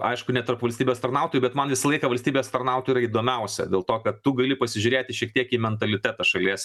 aišku ne tarp valstybės tarnautojų bet man visą laiką valstybės tarnautojų yra įdomiausia dėl to kad tu gali pasižiūrėti šiek tiek į mentalitetą šalies